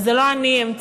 ואת זה לא אני המצאתי,